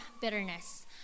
bitterness